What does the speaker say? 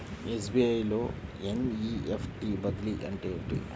SBI లో NEFT బదిలీ అంటే ఏమిటి?